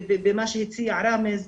ומה שהציע ראמז,